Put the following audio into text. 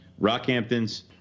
Rockhamptons